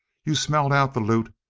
you've smelled out the loot.